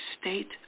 state